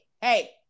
hey